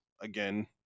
again